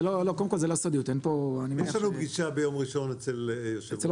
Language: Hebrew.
קודם כל זה לא בסודיות -- יש לנו פגישה ביום ראשון אצל יושב-ראש